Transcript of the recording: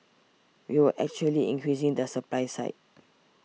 we were actually increasing the supply side